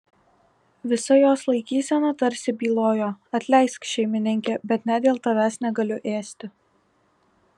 visa jos laikysena tarsi bylojo atleisk šeimininke bet net dėl tavęs negaliu ėsti